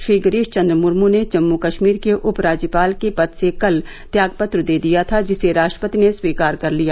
श्री गिरीश चन्द्र मुर्म ने जम्मू कश्मीर के उपराज्यपाल के पद से कल त्यागपत्र दे दिया था जिसे राष्ट्रपति ने स्वीकार कर लिया